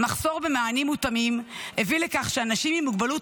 מחסור במענים מותאמים הביא לכך שאנשים עם מוגבלות